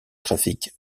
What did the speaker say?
trafic